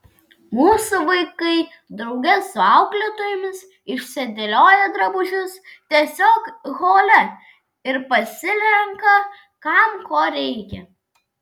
mūsų vaikai drauge su auklėtojomis išsidėlioja drabužius tiesiog hole ir pasirenka kam ko reikia